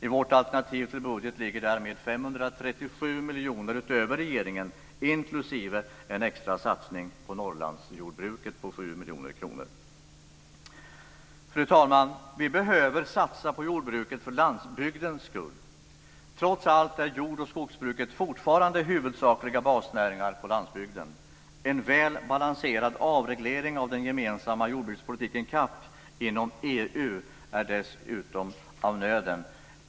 I vårt alternativ till budget ligger därmed Fru talman! Vi behöver satsa på jordbruket för landsbygdens skull. Trots allt är jord och skogsbruket fortfarande huvudsakliga basnäringar på landsbygden. En väl balanserad avreglering av den gemensamma jordbrukspolitiken CAP inom EU är dessutom av nöden.